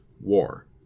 war